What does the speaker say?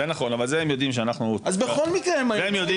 זה נכון אבל זה הם יודעים שאנחנו --- אז בכל מקרה הם היו,